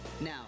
Now